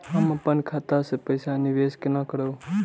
हम अपन खाता से पैसा निवेश केना करब?